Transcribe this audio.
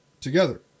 together